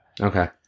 Okay